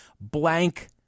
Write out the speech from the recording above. blank